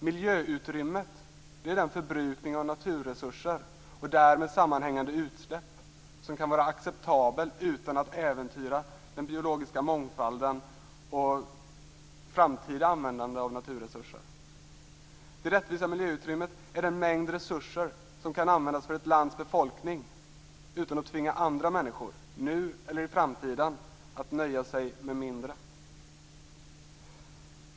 Miljöutrymmet är den förbrukning av naturresurser och därmed sammanhängande utsläpp som det kan vara acceptabelt att ha utan att äventyra den biologiska mångfalden och framtida användande av naturresurser. Det rättvisa miljöutrymmet är den mängd resurser som kan användas av ett lands befolkning utan att tvinga andra människor - nu eller i framtiden - att nöja sig med mindre.